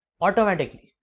Automatically